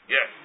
Yes